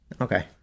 okay